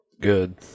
good